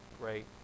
great